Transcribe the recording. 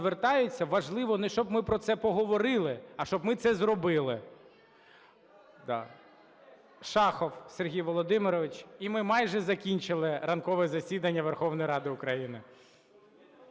важливо, не щоб ми про це поговорили, а щоб ми це зробили. Шахов Сергій Володимирович. І ми майже закінчили ранкове засідання Верховної Ради України.